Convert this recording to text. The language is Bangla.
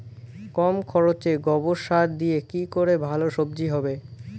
কম খরচে গোবর সার দিয়ে কি করে ভালো সবজি হবে?